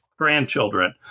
Grandchildren